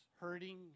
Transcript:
hurting